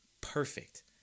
perfect